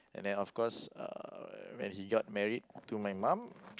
and then of course uh when he got married to my mum